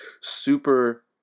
super